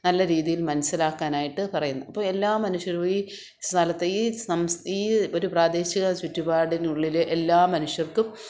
നല്ല രീതിയിൽ മനസ്സിലാക്കാനായിട്ട് പറയുന്നു അപ്പോള് എല്ലാ മനുഷ്യരും ഈ സ്ഥലത്ത് ഈ സംസ് ഈ ഒരു പ്രാദേശിക ചുറ്റുപാടിനുള്ളില് എല്ലാ മനുഷ്യർക്കും